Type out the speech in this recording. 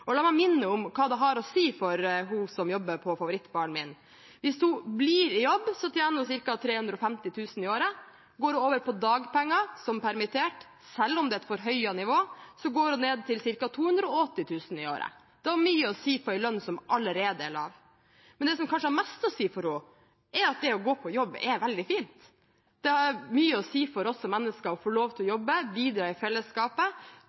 La meg minne om hva det har å si for henne som jobber på favorittbaren min: Hvis hun blir i jobb, tjener hun ca. 350 000 kr i året. Går hun over på dagpenger, som permittert, selv om det er et forhøyet nivå, går hun ned til ca. 280 000 kr i året. Det har mye å si på en lønn som allerede er lav. Men det som kanskje har mest å si for henne, er at det å gå på jobb er veldig fint. Det har mye å si for oss som mennesker å få lov til å jobbe, bidra i fellesskapet,